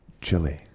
chili